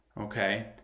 Okay